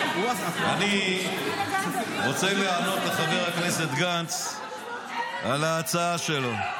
אני רוצה לענות לחבר הכנסת גנץ על ההצעה שלו.